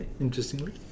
Interestingly